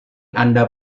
anda